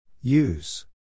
use